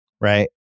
Right